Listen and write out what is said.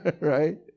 right